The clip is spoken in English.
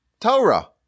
Torah